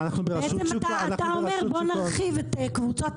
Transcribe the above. בעצם אתה אומר בוא נרחיב את קבוצות